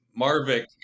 Marvik